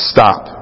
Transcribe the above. Stop